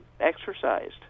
exercised